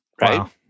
right